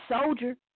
soldier